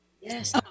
Yes